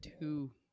two